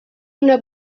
una